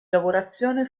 lavorazione